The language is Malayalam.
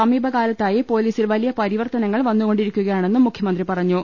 സമീപകാലത്തായി പൊലീസിൽ വലിയ പരിവർത്തനങ്ങൾ വന്നുകൊണ്ടിരിക്കു കയാണെന്നും മുഖ്യമന്ത്രി പറഞ്ഞു